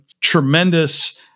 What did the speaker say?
Tremendous